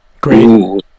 Great